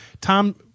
Tom